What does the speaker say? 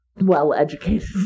well-educated